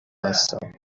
هستم